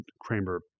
Kramer